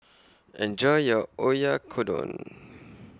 Enjoy your Oyakodon